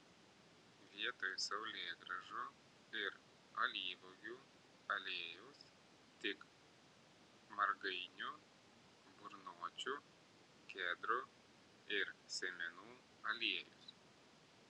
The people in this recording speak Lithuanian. vietoj saulėgrąžų ir alyvuogių aliejaus tik margainių burnočių kedrų ir sėmenų aliejus